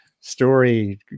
story